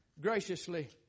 graciously